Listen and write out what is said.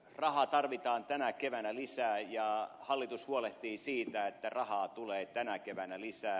rahaa tarvitaan tänä keväänä lisää ja hallitus huolehtii siitä että rahaa tulee tänä keväänä lisää